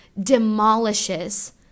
demolishes